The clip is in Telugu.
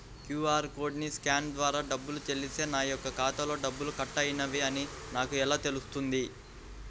క్యూ.అర్ కోడ్ని స్కాన్ ద్వారా డబ్బులు చెల్లిస్తే నా యొక్క ఖాతాలో డబ్బులు కట్ అయినవి అని నాకు ఎలా తెలుస్తుంది?